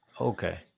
okay